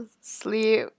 sleep